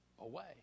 Away